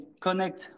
connect